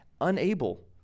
unable